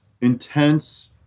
intense